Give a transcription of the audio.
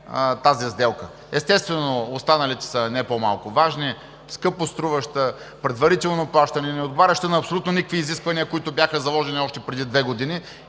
тази сделка. Естествено, останалите са не по-малко важни: скъпоструваща, предварително плащане, не отговарящи на абсолютно никакви изисквания, които бяха заложени още преди две години,